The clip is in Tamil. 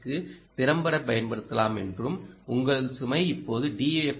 எஸ் க்கு திறம்பட பயன்படுத்தலாம் என்றும் உங்கள் சுமை இப்போது டி